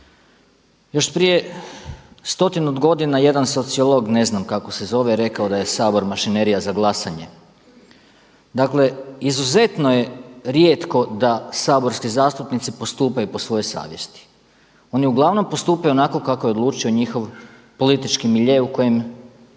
Još prije stotinu godina jedan sociolog, ne znam kako se zove, reko da je Sabor mašinerija za glasanje. Dakle izuzetno je rijetko da saborski zastupnici postupaju po svojoj savjesti. Oni uglavnom postupaju onako kako je odlučio njihov politički milje u kojem